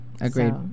Agreed